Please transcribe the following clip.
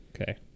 okay